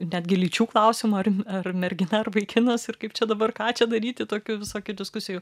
netgi lyčių klausimo ar ar mergina ar vaikinas ir kaip čia dabar ką čia daryti tokių visokių diskusijų